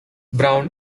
brown